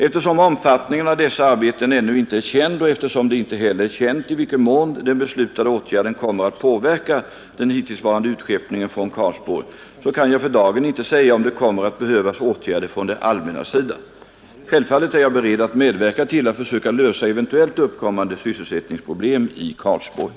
Eftersom omfattningen av dessa arbeten ännu inte är känd och eftersom det inte heller är känt i vilken mån den beslutade åtgärden kommer att påverka den hittillsvarande utskeppningen från Karlsborg kan jag för dagen inte säga om det kommer att behövas åtgärder från det allmännas sida. Självfallet är jag beredd att medverka till att försöka lösa eventuellt uppkommande sysselsättningsproblem i Karlsborg.